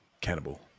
Cannibal